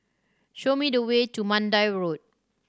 show me the way to Mandai Road